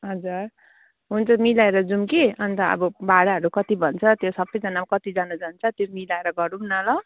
हजुर हुन्छ मिलाएर जाउँ कि अन्त अब भाडाहरू कति भन्छ त्यो सबैजनामा कतिजना जान्छ त्यो मिलाएर गरौँ न ल